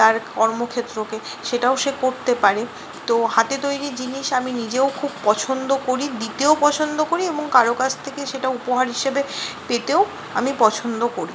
তার কর্মক্ষেত্রকে সেটাও সে করতে পারে তো হাতে তৈরি জিনিস আমি নিজেও খুব পছন্দ করি দিতেও পছন্দ করি এবং কারো কাছ থেকে সেটা উপহার হিসেবে পেতেও আমি পছন্দ করি